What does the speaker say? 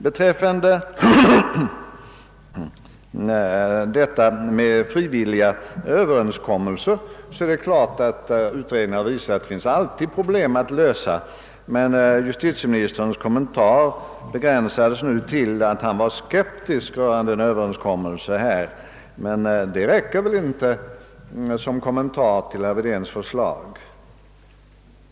Beträffande tanken på frivilliga överenskommelser har utredningen visat att det naturligtvis alltid finns problem att lösa. Justitieministerns wuttalande begränsades nu till att han var skeptisk rörande en överenskommelse härvidlag, men det räcker inte som kommentar till herr Wedéns förslag.